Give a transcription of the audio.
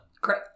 Great